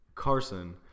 carson